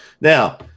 now